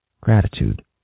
Gratitude